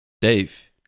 Dave